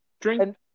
drink